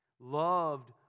Loved